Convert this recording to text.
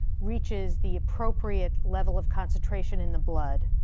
reaches the appropriate level of concentration in the blood.